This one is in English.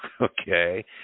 Okay